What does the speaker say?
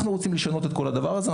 אנחנו רוצים לשנות את כל הדבר הזה.